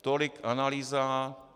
Tolik analýza.